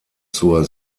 zur